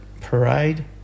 parade